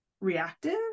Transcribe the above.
reactive